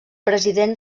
president